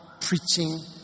preaching